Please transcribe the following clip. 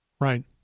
right